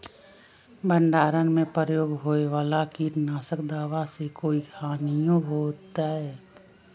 भंडारण में प्रयोग होए वाला किट नाशक दवा से कोई हानियों होतै?